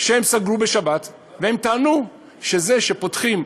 שסגרו בשבת וטענו שזה שפותחים,